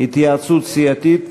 התייעצות סיעתית.